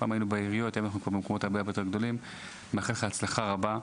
אני מאחל לך הצלחה רבה.